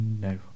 no